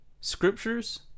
Scriptures